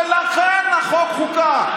לכן החוק חוקק.